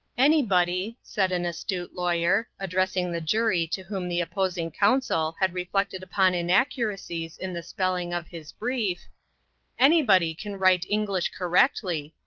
anybody, said an astute lawyer, addressing the jury to whom the opposing counsel had reflected upon inaccuracies in the spelling of his brief anybody can write english correctly,